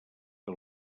que